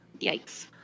Yikes